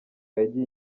yagiye